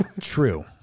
true